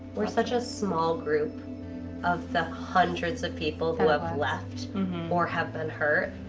we're such a small group of the hundreds of people who have left or have been hurt.